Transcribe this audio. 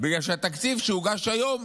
בגלל שהתקציב שהוגש היום